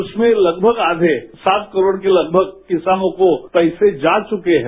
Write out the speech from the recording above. उसमें लगभग आधे सात करोड़ के लगभग किसानों को पैसे जा चुके हैं